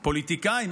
פוליטיקאים,